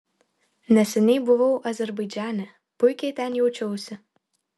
neseniai buvau azerbaidžane puikiai ten jaučiausi